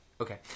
Okay